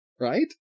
right